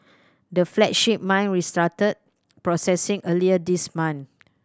the flagship mine restarted processing earlier this month